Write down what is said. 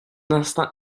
instinct